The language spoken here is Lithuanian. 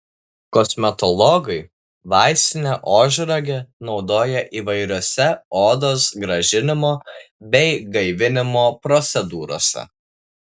kosmetologai vaistinę ožragę naudoja įvairiose odos gražinimo bei gaivinimo procedūrose